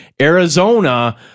Arizona